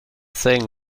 thing